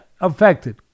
affected